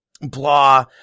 Blah